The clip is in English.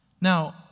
Now